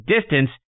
DISTANCE